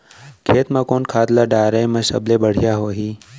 खेत म कोन खाद ला डाले बर सबले बढ़िया होही?